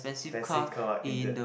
in the